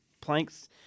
planks